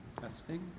Testing